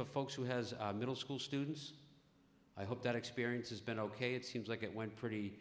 for folks who has middle school students i hope that experience has been ok it seems like it went pretty